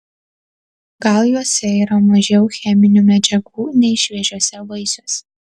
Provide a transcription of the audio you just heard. gal juose yra mažiau cheminių medžiagų nei šviežiuose vaisiuose